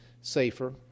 safer